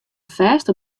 fêst